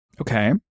Okay